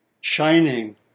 Shining